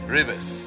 Rivers